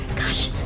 gosh!